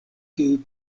kiuj